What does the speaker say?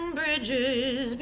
bridges